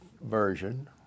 version